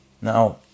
Now